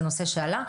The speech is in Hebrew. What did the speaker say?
זה נושא שעלה.